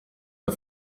der